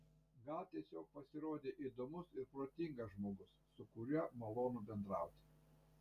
gal tiesiog pasirodei įdomus ir protingas žmogus su kuriuo malonu bendrauti